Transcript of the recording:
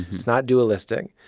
it's not dualistic.